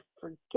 forget